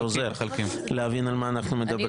זה עוזר להבין על מה אנחנו מדברים.